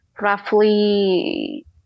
roughly